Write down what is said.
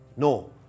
No